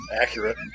Accurate